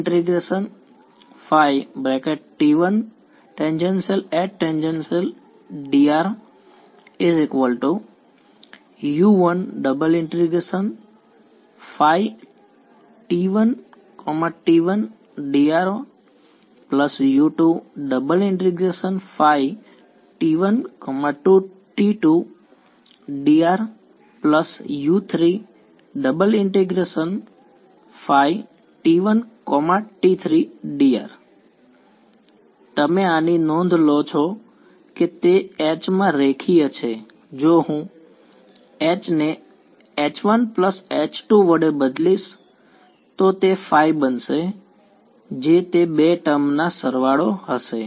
T1Hdru1T1T1dru2T1T2dru3T1T3dr તમે આની નોંધ લો છો કે તે H માં રેખીય છે જો હું H ને H1H2 વડે બદલીશ તો તે ફાઈ બનશે જે તે બે ટર્મ ના સરવાળો હશે